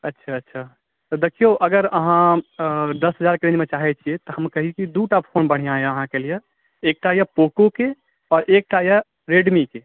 अच्छा अच्छा तऽ देखियौ अगर अहाँ दस हजारके रेंजमे चाहैत छियै तखन कहैत छी दू टा फोन बढ़िआँ यए अहाँके लिये एकटा यए पोकोके आर एकटा यए रेडमीके